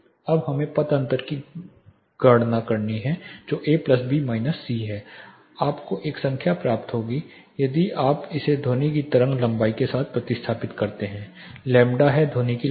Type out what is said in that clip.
अब हमें पथ अंतर की गणना करनी है जो कि A plus B minus C है आपको एक संख्या प्राप्त होगी यदि आप इसे ध्वनि की तरंग लंबाई के साथ प्रतिस्थापित करते हैं लैम्ब्डा है ध्वनि की लंबाई